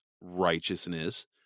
righteousness